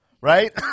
Right